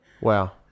Wow